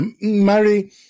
Mary